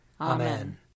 Amen